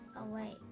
away